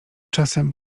czasem